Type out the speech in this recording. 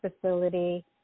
facility